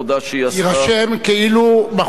יירשם כאילו מחאו כפיים,